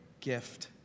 gift